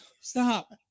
Stop